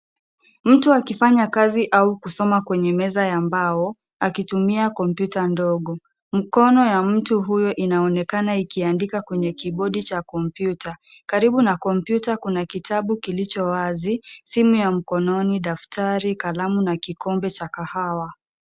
Mtu akifanya kazi au kusoma kwenye meza ya mbao, akitumia kompyuta ndogo. Mkono ya mtu huyo inaonekana ikiandika kwenye kibodi cha kompyuta. Karibu na kompyuta kuna kitabu kilicho wazi, simu ya mkononi, daftari, kalamu na kikombe cha kahawa.